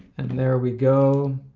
and there we go,